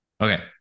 okay